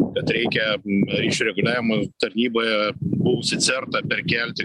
kad reikia ryšių reguliavimo tarnyboje buvusį certą perkelti